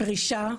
פרישה,